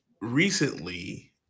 recently